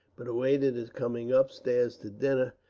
but awaited his coming upstairs to dinner,